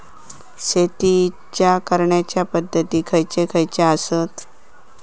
शेतीच्या करण्याचे पध्दती खैचे खैचे आसत?